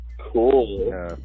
Cool